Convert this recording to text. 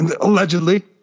Allegedly